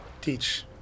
teach